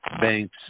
banks